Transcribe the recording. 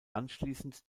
anschließend